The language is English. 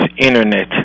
internet